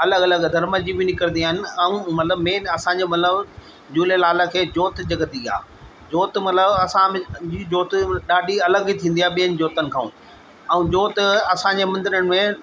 अलॻि अलॻि धर्म जी ब निकिरंदी आहिनि ऐं मेन असांजो मतिलबु झूलेलाल खे जोति जॻंदी आहे जोति मतिलबु असांजी जोति मतिलबु ॾाढी अलॻि थींदी आहे ॿियनि जोतियुनि खां ऐं जोति असांजे मंदरनि में